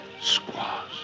squaws